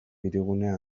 hirigunea